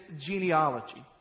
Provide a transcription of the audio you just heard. genealogy